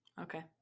Okay